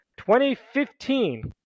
2015